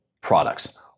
products